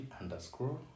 underscore